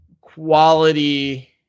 quality